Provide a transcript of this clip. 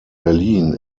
berlin